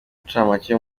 incamake